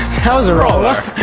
that was a roller!